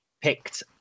picked